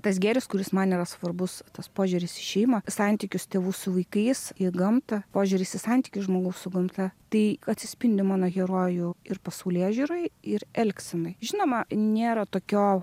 tas gėris kuris man yra svarbus tas požiūris į šeimą santykius tėvų su vaikais į gamtą požiūris į santykį žmogaus su gamta tai atsispindi mano herojų ir pasaulėžiūroj ir elgsenoj žinoma nėra tokio